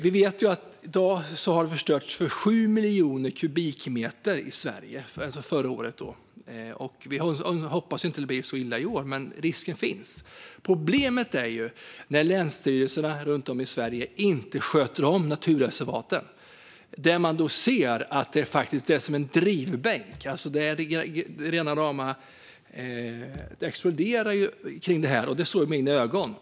Vi vet att förra året förstördes 7 miljoner kubikmeter i Sverige. Vi hoppas att det inte blir lika illa i år, men risken finns. Problemet uppstår när länsstyrelserna runt om i Sverige inte sköter om naturreservaten. Man ser att det är som en drivbänk; det är rena rama explosionen kring granbarkborren. Det såg jag med egna ögon.